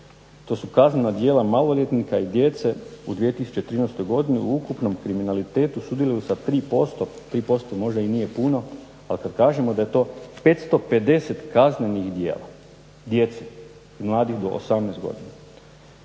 To su kaznena djela maloljetnika i djece u 2013. godini u ukupnom kriminalitetu sudjeluju sa 3%. 3% možda i nije puno, ali kad kažemo da je to 550 kaznenih djela djece i mladih do 18 godina